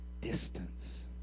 distance